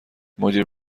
مدیر